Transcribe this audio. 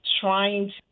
trying